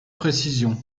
précision